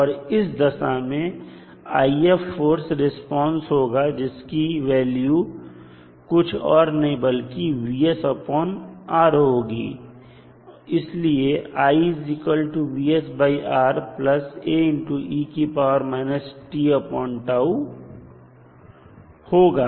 और इस दशा में फोर्स रिस्पांस होगा जिसकी वैल्यू कुछ और नहीं बल्कि होगी इसलिए A होगा